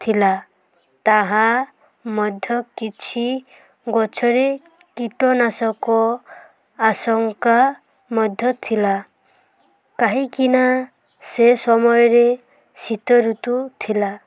ଥିଲା ତାହା ମଧ୍ୟ କିଛି ଗଛରେ କୀଟନାଶକ ଆଶଙ୍କା ମଧ୍ୟ ଥିଲା କାହିଁକିନା ସେ ସମୟରେ ଶୀତ ଋତୁ ଥିଲା